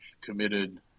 committed